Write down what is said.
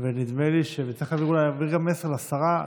ונדמה לי שצריך להעביר גם מסר לשרה,